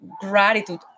gratitude